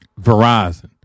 Verizon